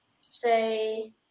say